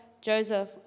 Joseph